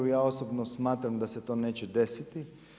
Ja osobno smatram da se to neće desiti.